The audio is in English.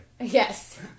Yes